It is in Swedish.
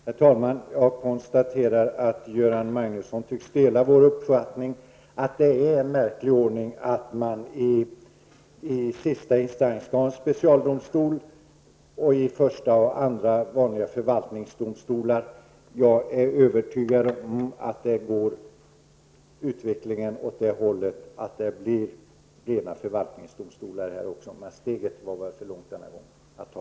Herr talman! Jag konstaterar att Göran Magnusson tycks dela vår uppfattning att det är en märklig ordning att man i sista instans skall ha en specialdomstol och i första och andra instans vanliga förvaltningsdomstolar. Jag är övertygad om att utvecklingen går dithän att det blir rena förvaltningsdomstolar. Det steget har emellertid denna gång varit för långt att ta.